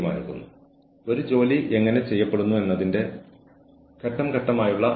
തടസ്സപ്പെടുത്തുന്നതിൽ നിന്ന് വിട്ടുനിൽക്കുക